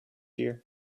year